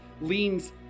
leans